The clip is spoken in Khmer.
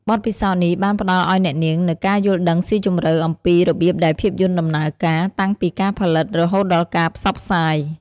បទពិសោធន៍នេះបានផ្តល់ឱ្យអ្នកនាងនូវការយល់ដឹងស៊ីជម្រៅអំពីរបៀបដែលភាពយន្តដំណើរការ តាំងពីការផលិតរហូតដល់ការផ្សព្វផ្សាយ។